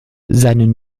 seinen